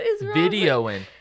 videoing